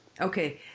Okay